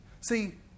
See